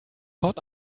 hot